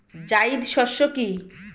জায়িদ শস্য কি?